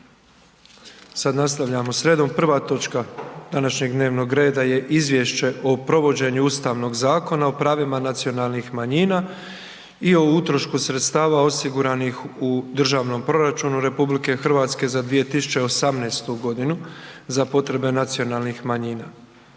na glasovanje sljedeći Zaključak: Prihvaća se Izvješće o provođenju Ustavnog zakona o pravima nacionalnih manjina i o utrošku sredstava osiguranih u državnom proračunu RH za 2018. g. za potrebe nacionalnih manjina.